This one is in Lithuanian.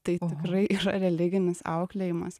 tai tikrai yra religinis auklėjimas